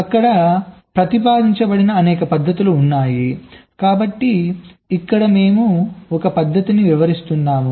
అక్కడ ప్రతిపాదించబడిన అనేక పద్ధతులు ఉన్నాయి కాబట్టి ఇక్కడ మేము ఒక పద్ధతిని వివరిస్తున్నాము